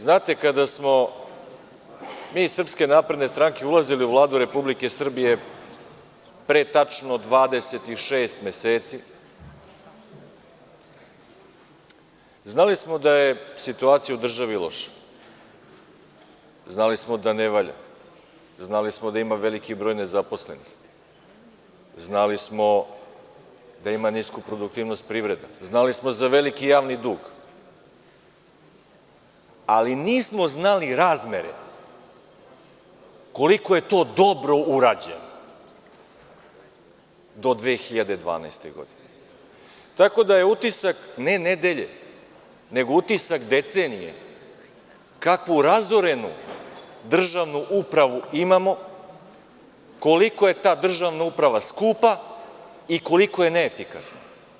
Znate, kada smo mi iz SNS ulazili u Vladu Republike Srbije pre tačno 26 meseci, znali smo da je situacija u državi loša, znali smo da ne valja, znali smo da ima veliki broj nezaposlenih, znali smo da ima nisku produktivnost privreda, znali smo za veliki javni dug, ali nismo znali razmere koliko je to dobro urađeno do 2012. godine, tako da je utisak ne nedelje, nego utisak decenije kakvu razorenu državnu upravu imamo, koliko je ta državna uprava skupa i koliko je neefikasna.